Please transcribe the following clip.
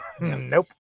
Nope